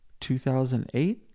2008